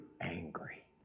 angry